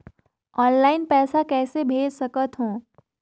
Online पइसा कइसे भेज सकत हो?